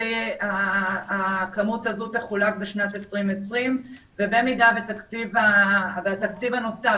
הכמות הזו תחולק בשנת 2020 אבל התקציב הנוסף